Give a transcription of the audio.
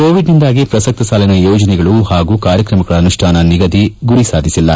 ಕೋವಿಡ್ನಿಂದಾಗಿ ಪ್ರಸಕ್ತ ಸಾಲಿನ ಯೋಜನೆಗಳು ಹಾಗೂ ಕಾರ್ಯಕ್ರಮಗಳ ಅನುಷ್ಠಾನ ನಿಗದಿತ ಗುರಿ ಸಾಧಿಸಿಲ್ಲ